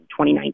2019